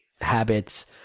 habits